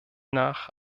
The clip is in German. nach